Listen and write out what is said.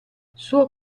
suo